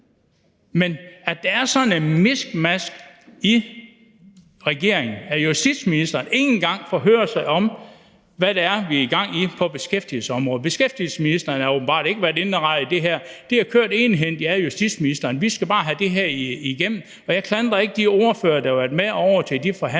Men der er sådan et miskmask i regeringen, hvor justitsministeren ikke engang forhører sig om, hvad det er, vi har gang i på beskæftigelsesområdet. Beskæftigelsesministeren har åbenbart ikke været inddraget i det her. Det er blevet kørt egenhændigt af justitsministeren, for man skal bare have det her igennem. Jeg klandrer ikke de ordførere, der har været med til de forhandlinger